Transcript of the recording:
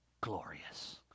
glorious